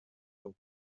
from